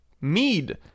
mead